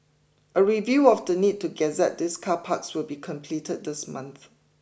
a review of the need to gazette these car parks will be completed this month